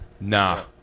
Nah